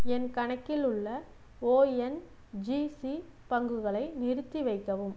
என் கணக்கில் உள்ள ஓஎன்ஜிசி பங்குகளை நிறுத்தி வைக்கவும்